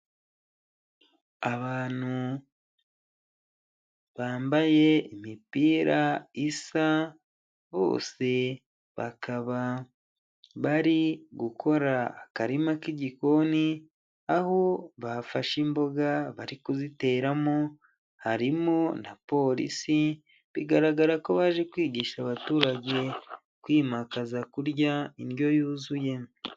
Abantu bambaye imipira isa bose bakaba bari gukora akarima k'igikoni aho bafashe imboga bari kuziteramo, harimo na polisi bigaragara ko baje kwigisha abaturage kwimakaza kurya indyo yuzuye.